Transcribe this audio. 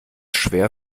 schwer